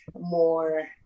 more